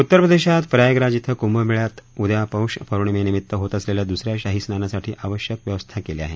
उत्तरप्रदेशात प्रयागराज श्वे कुंभमेळ्यात उद्या पौष पौर्णिमेनिमित्त होत असलेल्या दुस या शाही स्नानासाठी आवश्यक व्यवस्था केली आहे